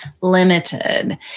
limited